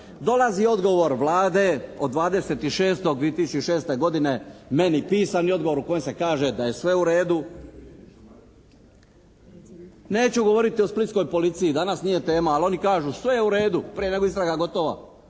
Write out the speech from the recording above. i šestog dvije tisuće i šeste godine meni pisani odgovor u kojem se kaže da je sve u redu. Neću govoriti o splitskoj policiji danas nije tema. Ali oni kažu “sve je u redu“ prije nego što je istraga gotova.